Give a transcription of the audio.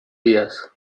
días